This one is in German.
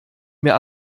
mir